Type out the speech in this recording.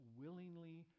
willingly